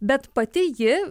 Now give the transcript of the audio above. bet pati ji